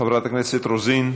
חברת הכנסת רוזין,